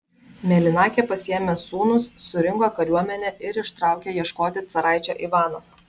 mėlynakė pasiėmė sūnus surinko kariuomenę ir ištraukė ieškoti caraičio ivano